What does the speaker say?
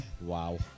Wow